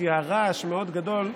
כי הרעש מאוד גדול.